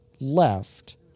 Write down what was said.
left